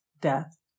death